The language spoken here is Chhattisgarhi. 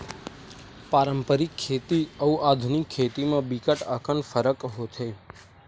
पारंपरिक खेती अउ आधुनिक खेती म बिकट अकन फरक होथे